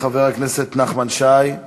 חבר הכנסת נחמן שי.